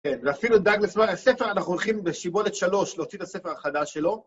כן, ואפילו דגלס מראה ספר, אנחנו הולכים בשיבולת 3 להוציא את הספר החדש שלו.